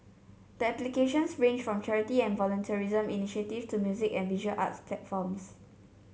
the applications ranged from charity and volunteerism initiatives to music and visual arts platforms